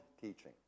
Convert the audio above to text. teaching